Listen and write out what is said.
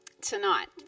tonight